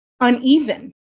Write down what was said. uneven